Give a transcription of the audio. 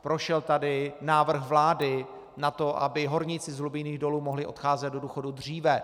Prošel tady návrh vlády na to, aby horníci z hlubinných dolů mohli odcházet do důchodu dříve.